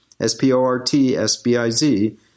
S-P-O-R-T-S-B-I-Z